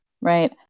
right